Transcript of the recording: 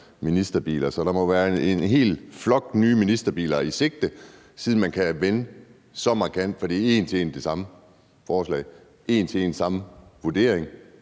ministerbiler. Så der må være en hel flok nye ministerbiler i sigte, siden man kan lave en så markant vending, for det er en til en det samme forslag som sidste år og